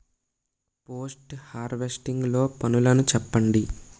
Post harvesting లో పనులను చెప్పండి?